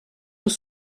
nous